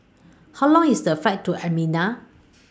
How Long IS The Flight to Armenia